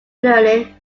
learning